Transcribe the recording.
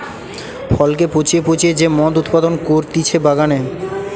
ফলকে পচিয়ে পচিয়ে যে মদ উৎপাদন করতিছে বাগানে